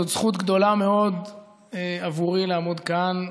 זאת זכות גדולה מאוד עבורי לעמוד כאן,